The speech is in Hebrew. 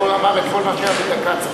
הוא אמר את כל מה שהיה צריך בדקה.